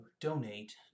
donate